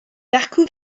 dacw